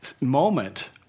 moment